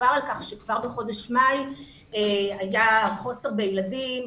דובר על כך שכבר בחודש מאי היה חוסר בילדים,